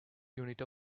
unit